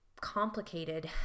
complicated